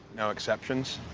no exceptions?